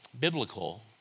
biblical